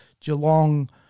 geelong